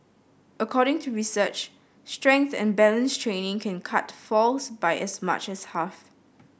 according to research strength and balance training can cut falls by as much as half